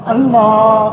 Allah